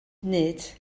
nid